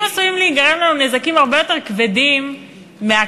אם עשויים להיגרם לנו נזקים הרבה יותר כבדים מהכאילו-מניעה,